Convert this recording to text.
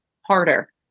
harder